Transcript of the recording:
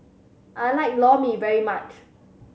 I like Lor Mee very much